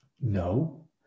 no